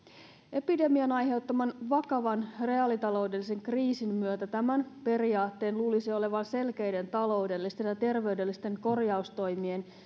epidemian aiheuttaman vakavan reaalitaloudellisen kriisin myötä tämän periaatteen luulisi olevan selkeiden taloudellisten ja terveydellisten korjaustoimien